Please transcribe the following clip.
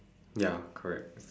ya correct